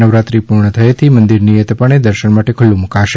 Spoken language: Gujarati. નવરાત્રી પૂર્ણ થયેથી મંદિર નિયમિતપણે દર્શન માટે ખુલ્લું મૂકાશે